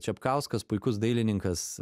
čepkauskas puikus dailininkas